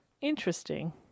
Interesting